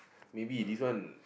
maybe this one